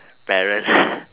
parents